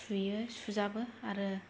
सुयो सुजाबो आरो